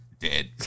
dead